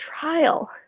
trial